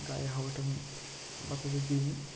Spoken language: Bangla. গায়ে হাওয়াটা আমি বাঁধাতে দিই নি